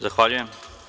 Zahvaljujem.